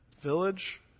Village